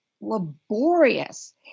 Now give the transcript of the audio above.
laborious